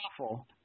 awful